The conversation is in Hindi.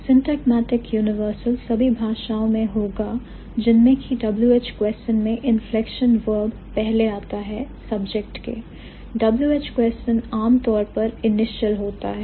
Syntagmatic universal सभी भाषाओं में होगा जिनमें की WH question में inflected verb पहले आता है subject के WH question आम तौर पर initial होता है